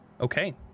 Okay